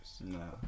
No